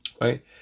Right